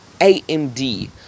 AMD